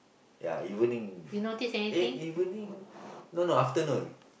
ya evening eh evening no no afternoon